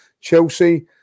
Chelsea